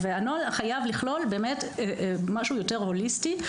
הנוהל חייב לכלול באמת משהו יותר הוליסטי,